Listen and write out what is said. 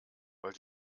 weil